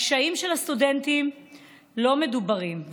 הקשיים של הסטודנטים לא מדוברים,